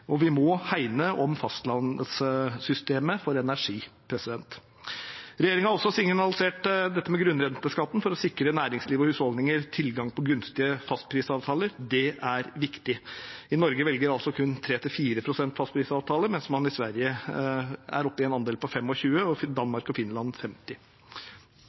og vi må hegne om fastlandssystemet for energi. Regjeringen har også signalisert dette med grunnrenteskatten for å sikre næringsliv og husholdninger tilgang på gunstige fastprisavtaler. Det er viktig. I Norge velger altså kun 3–4 pst. fastprisavtaler, mens man i Sverige er oppe i en andel på 25 pst. og i Danmark og Finland på 50